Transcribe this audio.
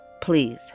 Please